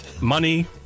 Money